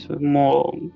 more